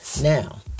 Now